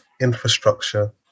infrastructure